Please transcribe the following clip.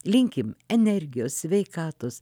linkim energijos sveikatos